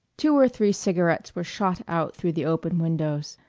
two or three cigarettes were shot out through the open windows.